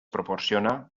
proporciona